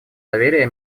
доверия